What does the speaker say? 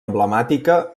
emblemàtica